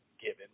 given